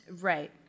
Right